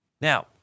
Now